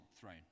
throne